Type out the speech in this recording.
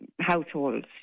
households